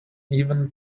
even